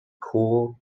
cool